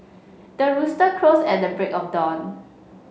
the rooster crows at the break of dawn